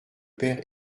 père